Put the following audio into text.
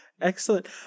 excellent